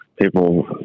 people